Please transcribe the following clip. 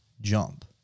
Jump